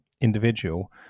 individual